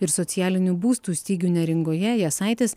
ir socialinių būstų stygių neringoje jasaitis